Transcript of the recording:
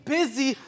busy